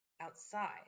outside